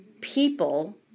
people